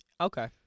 Okay